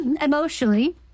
emotionally